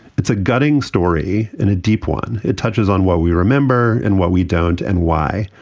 it's a gutting story and a deep one. it touches on what we remember and what we don't and why.